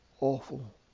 awful